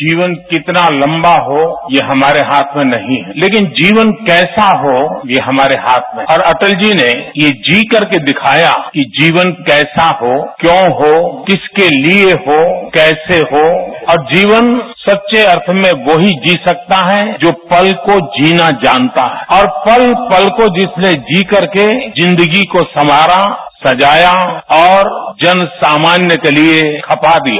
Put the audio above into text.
जीवन कितना लंबा हो यह हमरो हाथ में नहीं लेकिन जीवन कैसा हो यह हमारे हाथ में है और अटल जी ने यह जी करके दिखाया कि जीवन कैसा हो क्यों हो किसके लिए हो कैसे हो और जीवन सच्चे अर्थो में वही जी सकता है जो पल को जीना जानता हो और पत पत को जिसने जी करके जिन्दगी को संवारा सजाया और जनसामान्य के लिए खपा दी